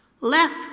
Left